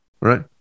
right